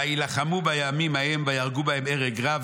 וילחמו בעמים ההם ויהרגו בהם הרג רב,